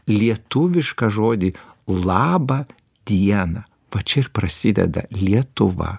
lietuvišką žodį laba diena va čia ir prasideda lietuva